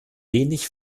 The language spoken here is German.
wenig